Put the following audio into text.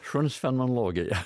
šuns fenologija